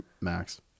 max